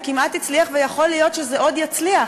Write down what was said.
זה כמעט הצליח ויכול להיות שזה עוד יצליח.